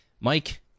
Mike